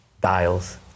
dials